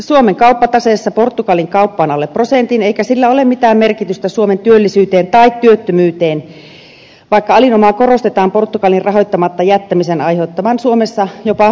suomen kauppataseessa portugalin kauppa on alle prosentin eikä sillä ole mitään merkitystä suomen työllisyyden tai työttömyyden kannalta vaikka alinomaa korostetaan portugalin rahoittamatta jättämisen aiheuttavan suomessa jopa suurtyöttömyyden